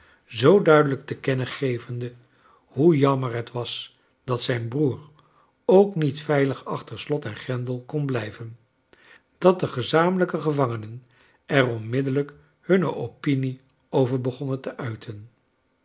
zoo duidelijk te kennen gevende hoe jammer het was dat zijn broeder ook niet veilig achter slot en grendel kon blijven dat de gezamenlijke gevangenen er onmiddellijk hunne opinie over begonnen te uiten